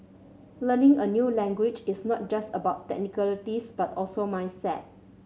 learning a new language is not just about technicalities but also mindset